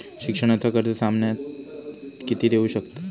शिक्षणाचा कर्ज सामन्यता किती देऊ शकतत?